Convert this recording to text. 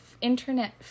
internet